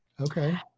Okay